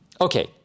okay